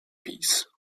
piece